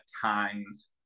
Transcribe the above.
times